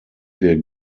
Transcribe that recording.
wir